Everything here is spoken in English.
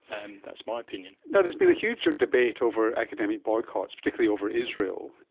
and that's my opinion. and there's been a huge debate over academic boycotts, particularly over israel,